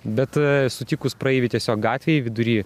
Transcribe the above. bet sutikus praeivį tiesiog gatvėj vidury